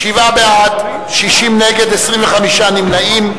שבעה בעד, 60 נגד, 25 נמנעים.